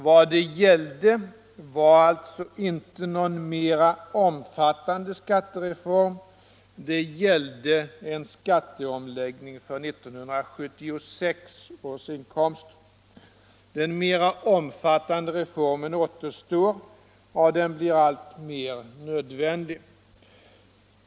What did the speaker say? Vad det gällde var alltså inte någon mera omfattande skattereform. Det gällde en skatteomläggning för 1976 års inkomster. Den mera omfattande reformen återstår, och den blir alltmer nödvändig.